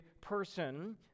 person